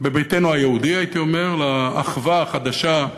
בביתנו היהודי, הייתי אומר, לאחווה החדשה,